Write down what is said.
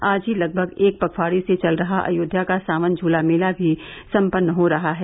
आज ही लगभग एक पखवाड़े से चल रहा अयोध्या का सावन झूला मेला भी सम्पन्न हो रहा है